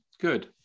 Good